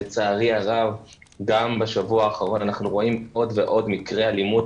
לצערי הרב גם בשבוע האחרון אנחנו רואים עוד ועוד מקרי אלימות,